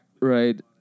Right